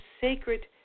sacred